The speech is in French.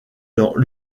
dans